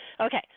Okay